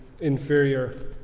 inferior